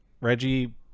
Reggie